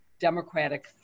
Democratic